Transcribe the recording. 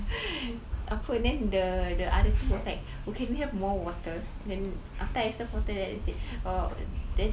apa then the the other two was like oh can we have more water then after I serve water then they say oh this